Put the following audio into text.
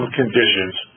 conditions